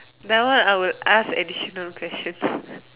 that one I would ask additional questions